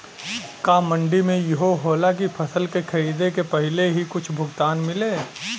का मंडी में इहो होला की फसल के खरीदे के पहिले ही कुछ भुगतान मिले?